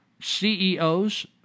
CEOs